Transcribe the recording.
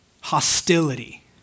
Hostility